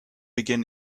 begin